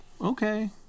okay